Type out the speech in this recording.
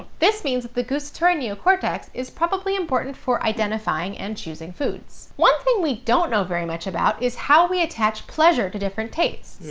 this means that the gustatory neocortex is probably important for identifying and choosing foods. one thing we don't know very much about is how we attach pleasure to different tastes.